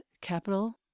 capital